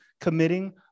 committing